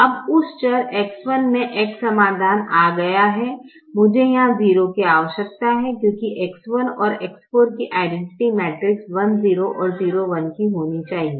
अब उस चर X1 में x समाधान आ गया है मुझे यहां 0 की आवश्यकता है क्योंकि X1 और X4 की आइडैनटिटि मैट्रिक्स 1 0 और 0 1 की होना चाहिए